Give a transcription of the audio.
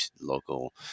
local